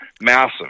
massive